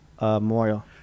Memorial